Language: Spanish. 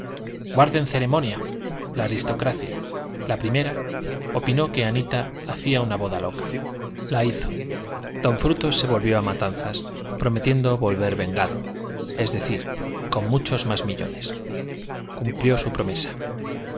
guarden ceremonia la aristocracia la primera opinó que anita hacía una boda loca la hizo don frutos se volvió a matanzas prometiendo volver vengado es decir con muchos más millones cumplió su promesa